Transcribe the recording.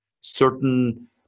certain